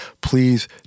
please